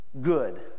good